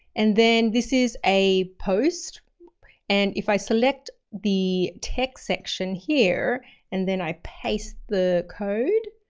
and then this is a post and if i select the text section here and then i paste the code,